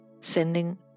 Sending